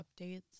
updates